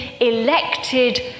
elected